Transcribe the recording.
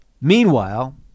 Meanwhile